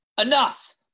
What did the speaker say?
Enough